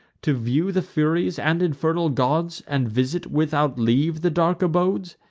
to view the furies and infernal gods, and visit, without leave, the dark abodes?